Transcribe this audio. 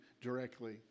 directly